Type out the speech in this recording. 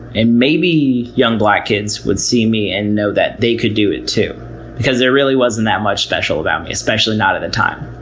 and maybe young black kids would see me and know that they could do it because there really wasn't that much special about me, especially not at the time.